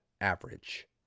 average